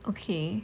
okay